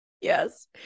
Yes